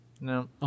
No